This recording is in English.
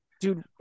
Dude